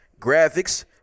graphics